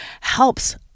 helps